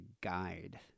guide